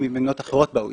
ממדינות אחרות ב-OECD.